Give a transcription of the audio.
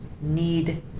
need